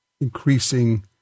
increasing